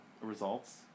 results